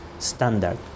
standard